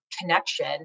connection